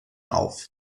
auf